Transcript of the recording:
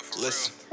Listen